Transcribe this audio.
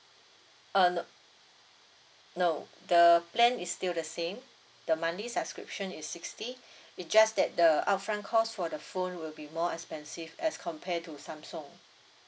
uh no no the plan is still the same the monthly subscription is sixty it just that the upfront cost for the phone will be more expensive as compare to samsung